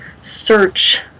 search